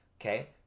okay